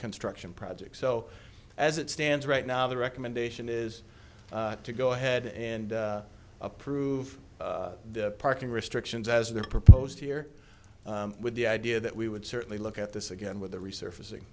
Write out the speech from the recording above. construction projects so as it stands right now the recommendation is to go ahead and approve the parking restrictions as they're proposed here with the idea that we would certainly look at this again with the resurfacing